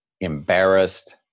embarrassed